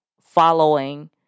following